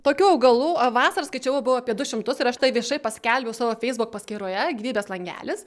tokių augalų a vasarą skaičiavau buvo apie du šimtus ir aš tai viešai paskelbiau savo feisbuk paskyroje gyvybės langelis